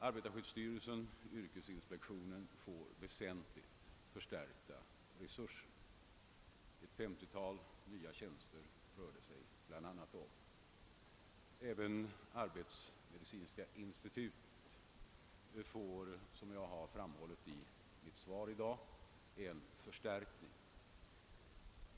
Arbetarskyddsstyrelsen och yrkesinspektionen får väsentligt förstärkta resurser. Det rör sig bl.a. om ett femtiotal nya tjänster. även arbetsmedicinska institutet får, som jag framhållig i mitt svar i dag, en förstärkning.